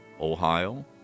Ohio